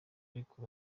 ariko